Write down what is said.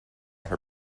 her